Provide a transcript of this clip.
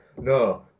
No